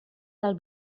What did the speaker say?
del